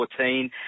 2014